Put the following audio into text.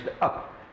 up